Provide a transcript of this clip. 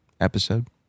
episode